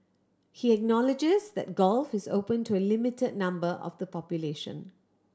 he acknowledges that golf is open to a limited number of the population